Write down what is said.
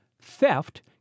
theft